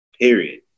period